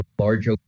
large